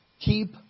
Keep